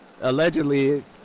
allegedly